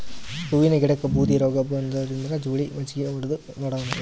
ಹೂವಿನ ಗಿಡಕ್ಕ ಬೂದಿ ರೋಗಬಂದದರಿ, ಹುಳಿ ಮಜ್ಜಗಿ ಹೊಡದು ನೋಡಮ ಏನ್ರೀ?